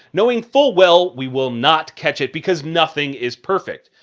knowing full well we will not catch it, because nothing is perfect.